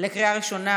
לקריאה ראשונה.